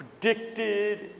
predicted